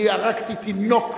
אני הרגתי תינוק.